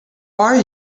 are